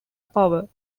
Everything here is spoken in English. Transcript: power